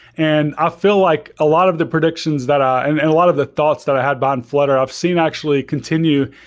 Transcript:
and i feel like a lot of the predictions that, and and a lot of the thoughts that i had bought in flutter i've seen actually continue,